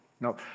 No